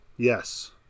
Yes